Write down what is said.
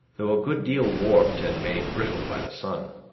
though a good deal warped and made brittle by the sun.